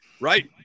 right